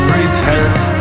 repent